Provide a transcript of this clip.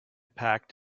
packed